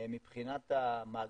מבחינת המאגרים,